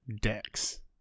decks